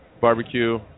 barbecue